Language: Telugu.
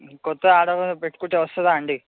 కొత్త ఆర్డరు పెట్టుకుంటే వస్తుందా అండి